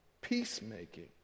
Peacemaking